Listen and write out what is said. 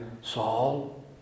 Saul